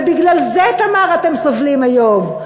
ובגלל זה, תמר, אתם סובלים היום.